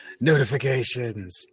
Notifications